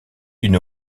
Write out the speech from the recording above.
une